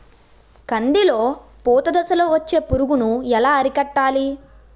కందిలో పూత దశలో వచ్చే పురుగును ఎలా అరికట్టాలి?